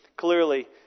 Clearly